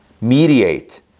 mediate